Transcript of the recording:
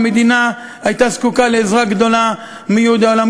המדינה הייתה זקוקה לעזרה גדולה מיהודי העולם.